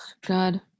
God